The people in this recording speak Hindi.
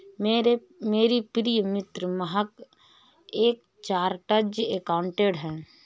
मेरी प्रिय मित्र महक एक चार्टर्ड अकाउंटेंट है